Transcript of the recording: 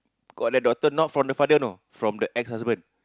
got that daughter not from the father you know from the ex-husband